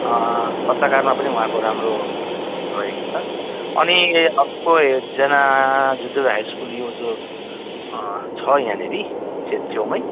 पत्रकारमा पनि उहाँको राम्रो रहेको छ अनि ए अर्को एकजना जुद्धवीर हाई स्कुल यो जो छ यहाँनेरि छे छेउमै